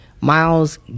Miles